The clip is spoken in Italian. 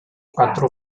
quattro